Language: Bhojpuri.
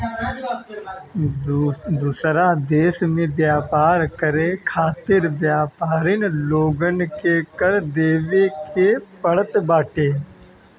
दूसरा देस में व्यापार करे खातिर व्यापरिन लोग के कर देवे के पड़त बाटे